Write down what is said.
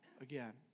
again